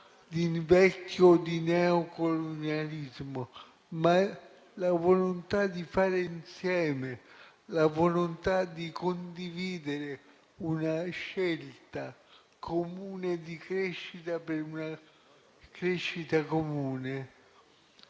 di vecchio e di neo-colonialismo, ma la volontà di fare insieme, la volontà di condividere una scelta comune di crescita per una crescita comune,